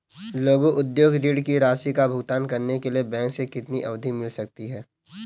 लघु उद्योग ऋण की राशि का भुगतान करने के लिए बैंक से कितनी अवधि मिल सकती है?